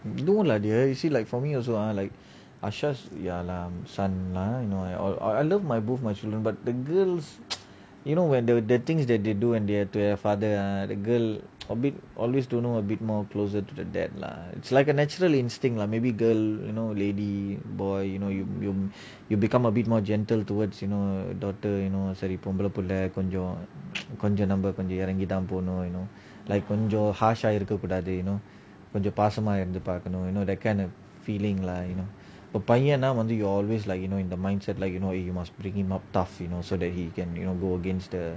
no lah dear you see like for me also ah like ஆஷஸ்:ashash ya lah son lah you know I love both my children but the girls you know when when when the things that they do to their father ah the girl don't know always closer to the dad lah it's like a natural instinct lah maybe girl lady boy you become a bit more gentle towards you know daughter சேரி போர்மபால புள்ள கொஞ்சம் நம்ம கொஞ்சம் இறங்கி தன போனும் கொஞ்சம்:seri pomabala pulla konjam namma konjam earangi than ponum konjam harsh eh இருக்க கூடாது கொஞ்சம் பாசமா இருந்து பாக்கணும்:iruka kudathu konjam paasama irunthu paakanum you know that kind of feeling lah you know இப்போ பையன வந்து:ipo paiyana vanthu your always in the mindset like you know you must bring him up tough so he can go against the